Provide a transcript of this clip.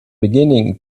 beginning